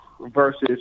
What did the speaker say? versus